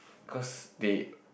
cause they